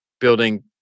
building